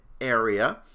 area